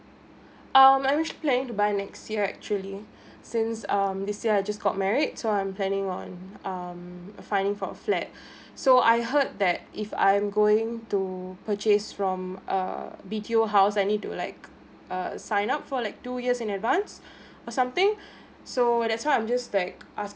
um I wish to plan by next year actually since um this year I just got married so I'm planning on um finding for a flat so I heard that if I am going to purchase from a B_T_O house I need to like err sign up for like two years in advance or something so that's why I'm just like ask